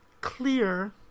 clear